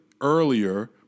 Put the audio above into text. earlier